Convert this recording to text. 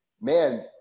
man